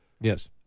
Yes